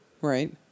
Right